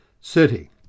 city